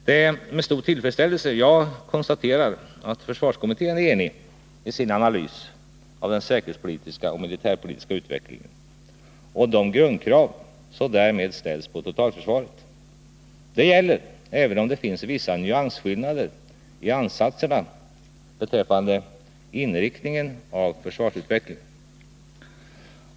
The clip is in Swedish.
Det är med stor tillfredsställelse jag konstaterar att försvarskommittén är enig i sin analys av den säkerhetspolitiska och militärpolitiska utvecklingen och de grundkrav som därmed ställs på totalförsvaret. Detta gäller även om det finns vissa nyansskillnader i ansatserna beträffande inriktningen av försvarsutvecklingen.